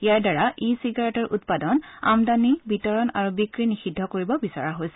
ইয়াৰ দ্বাৰা ই চিগাৰেটৰ উৎপাদন আমদানি বিতৰণ আৰু বিক্ৰী নিষিদ্ধ কৰিব বিচৰা হৈছে